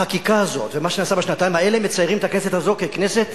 החקיקה הזאת ומה שנעשה בשנתיים האלה מציירים את הכנסת הזאת ככנסת